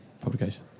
publication